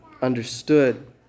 understood